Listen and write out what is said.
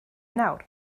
nawr